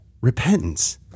repentance